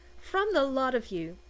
from the lot of you.